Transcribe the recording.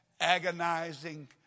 agonizing